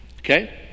Okay